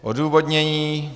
Odůvodnění.